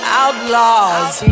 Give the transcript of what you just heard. outlaws